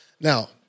Now